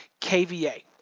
kVA